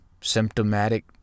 symptomatic